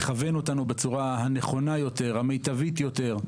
לכוון אותנו בצורה הנכונה יותר, המיטבית יותר,